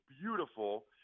beautiful